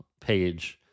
page